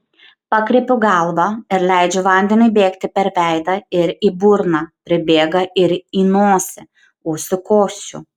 pakreipiu galvą ir leidžiu vandeniui bėgti per veidą ir į burną pribėga ir į nosį užsikosčiu